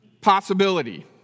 possibility